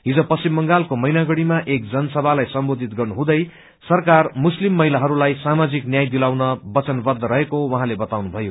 हिज पश्चिम बांगलको मैनागुड़ीमा एक जनसभालाई सम्बोधित गर्नुहुँदै सरकार मुस्लिम महिलाहरूलाई सामाजिक न्याय दिलाउन वचनबद्व रहेको उहाँले बताउनुभयो